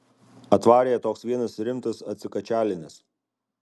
atvarė toks vienas rimtas atsikačialinęs